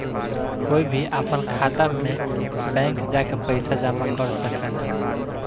कोई भी आपन खाता मे बैंक जा के पइसा जामा कर सकेला